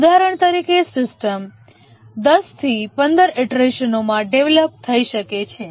ઉદાહરણ તરીકે સિસ્ટમ 10 થી 15 ઇટરેશનોમાં ડેવલપ થઈ શકે છે